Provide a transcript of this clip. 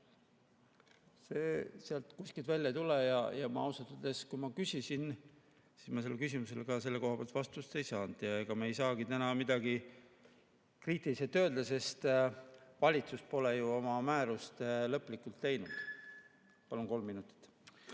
See sealt kuskilt välja ei tule. Ausalt öeldes, kui ma küsisin, siis ma sellele küsimusele selle koha pealt vastust ei saanud. Ega me ei saagi täna midagi kriitiliselt öelda, sest valitsus pole ju oma määrust lõplikult valmis teinud. Palun kolm minutit.